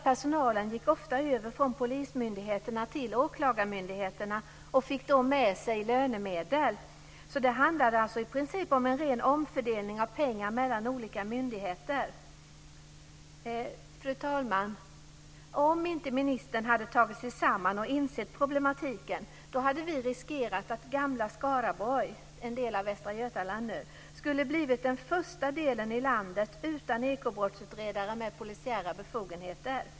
Personalen gick ofta över från polismyndigheterna till åklagarmyndigheterna och fick då med sig lönemedel. Det handlade alltså i princip om en ren omfördelning av pengar mellan olika myndigheter. Fru talman! Om ministern inte hade tagit sig samman och insett problematiken hade vi riskerat att gamla Skaraborg, nu en del av Västra Götaland, skulle blivit den första delen i landet utan ekobrottsutredare med polisiära befogenheter.